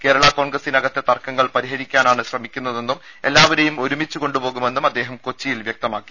കേരള കോൺഗ്രസിനകത്തെ തർക്കങ്ങൾ പരിഹരിക്കാനാണ് ശ്രമിക്കുന്നതെന്നും എല്ലാവ രെയും ഒരുമിച്ച് കൊണ്ട് പോകുമെന്നും അദ്ദേഹം കൊച്ചിയിൽ വൃക്തമാക്കി